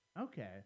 Okay